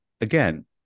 again